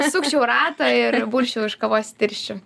sukčiau ratą ir bursčiau iš kavos tirščių